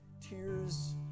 tears